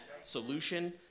solution